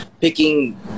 picking